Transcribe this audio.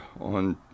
on